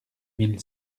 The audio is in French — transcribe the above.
mille